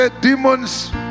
demons